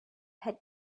had